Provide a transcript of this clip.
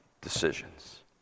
decisions